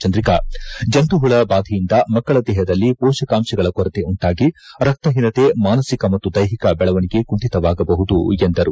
ಚಂದ್ರಿಕಾ ಜಂತುಹುಳ ಬಾಧೆಯಿಂದ ಮಕ್ಕಳ ದೇಹದಲ್ಲಿ ಸೋಷಕಾಂಶಗಳ ಕೊರತೆ ಉಂಟಾಗಿ ರಕ್ತ ಹೀನತೆ ಮಾನಸಿಕ ಮತ್ತು ದೈಹಿಕ ಬೆಳವಣಿಗೆ ಕುಂಠಿತವಾಗಬಹುದು ಎಂದರು